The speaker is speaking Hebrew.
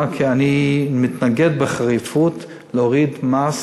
כי אני מתנגד בחריפות להורדת מס